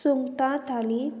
सुंगटां थाली